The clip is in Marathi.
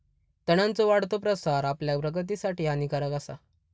तणांचो वाढतो प्रसार आपल्या प्रगतीसाठी हानिकारक आसा